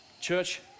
Church